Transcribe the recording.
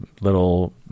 little